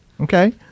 Okay